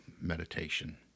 meditation